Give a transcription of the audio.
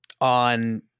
on